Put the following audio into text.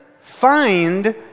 find